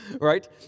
Right